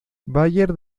bayern